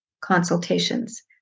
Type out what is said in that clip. consultations